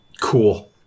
Cool